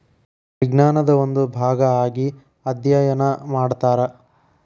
ವಿಜ್ಞಾನದ ಒಂದು ಭಾಗಾ ಆಗಿ ಅದ್ಯಯನಾ ಮಾಡತಾರ